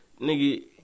nigga